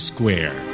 Square